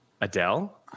Adele